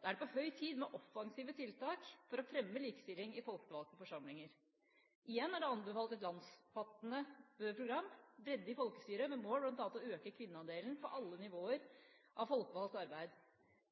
Det er på høy tid med offensive tiltak for å fremme likestilling i folkevalgte forsamlinger. Igjen er det anbefalt et landsomfattende program: bredde i folkestyret med mål bl.a. å øke kvinneandelen på alle nivåer av folkevalgt arbeid.